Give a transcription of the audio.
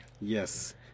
Yes